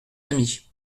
amis